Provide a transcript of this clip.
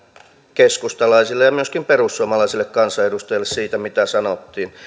keskustalaisille ja myöskin perussuomalaisille kansanedustajille siitä mitä sanottiin